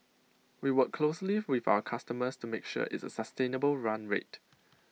we work closely with our customers to make sure it's A sustainable run rate